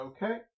Okay